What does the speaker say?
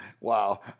Wow